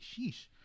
sheesh